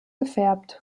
gefärbt